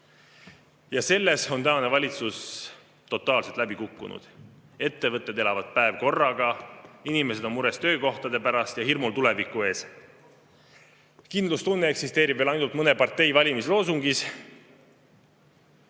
Selles on tänane valitsus totaalselt läbi kukkunud. Ettevõtted elavad päev korraga, inimesed on mures töökohtade pärast ja on hirmul tuleviku ees. Kindlustunne eksisteerib veel ainult mõne partei valimisloosungis.